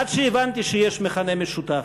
עד שהבנתי שיש מכנה משותף: